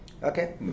okay